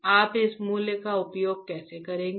आप इस मूल्य का उपयोग कैसे करेंगे